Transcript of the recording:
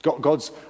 God's